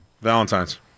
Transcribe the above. Valentine's